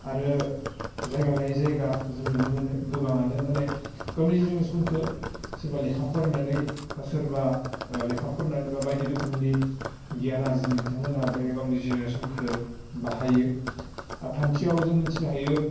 आरो जायगा लायै जायगा जों नुनो मोनो गोबाङानो माने गावनि जिरायनाय समखो सोरबा लेखा फरायनानै बा सोरबा लेखा फरायनानै बा बायदि रोखोमनि गियान आरजिनो बिथांमोना बे गावनि जिरायनाय समखो बाहायो आर थामथियाव जों मिथिनो हायो